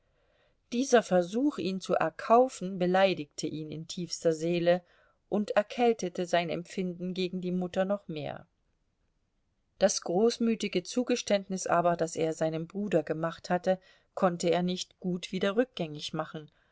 dieser versuch ihn zu erkaufen beleidigte ihn in tiefster seele und erkältete sein empfinden gegen die mutter noch mehr das großmütige zugeständnis aber das er seinem bruder gemacht hatte konnte er nicht gut wieder rückgängig machen